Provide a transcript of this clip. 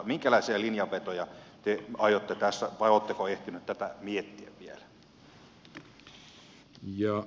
minkälaisia linjanvetoja te aiotte tässä vai oletteko ehtinyt tätä miettiä vielä